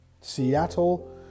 Seattle